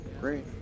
Great